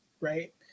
right